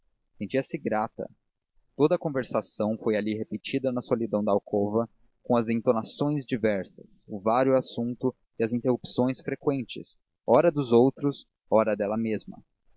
sentia-se grata toda a conversação foi ali repetida na solidão da alcova com as entonações diversas o vário assunto e as interrupções frequentes ora dos outros ora dela mesma